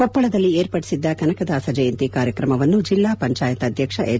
ಕೊಪ್ಪಳದಲ್ಲಿ ಏರ್ಪಡಿಸಿದ್ದ ಕನಕದಾಸ ಜಯಂತಿ ಕಾರ್ಯಕ್ರಮವನ್ನು ಜಿಲ್ಲಾ ಪಂಚಾಯತ್ ಅಧ್ಯಕ್ಷ ಎಚ್